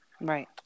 Right